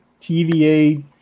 TVA